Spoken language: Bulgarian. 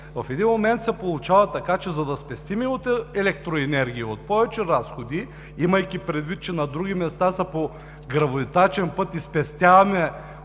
В един момент се получава така, че за да спестим от електроенергия, от повече разходи, имайки предвид, че на други места са гравитачен път и спестяваме